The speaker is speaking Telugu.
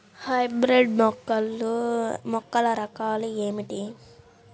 హైబ్రిడ్ మొక్కల రకాలు ఏమిటి?